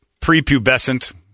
prepubescent